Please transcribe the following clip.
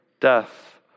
death